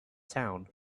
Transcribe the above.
town